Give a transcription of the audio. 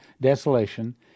desolation